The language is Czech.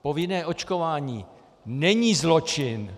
Povinné očkování není zločin!